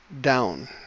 down